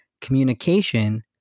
communication